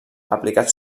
aplicat